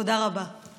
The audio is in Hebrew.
תודה רבה, גברתי.